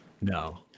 no